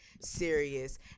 serious